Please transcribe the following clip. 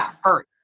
hurt